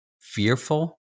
fearful